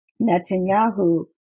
Netanyahu